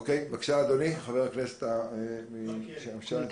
בבקשה, חבר הכנסת מלכיאלי.